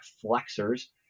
flexors